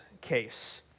case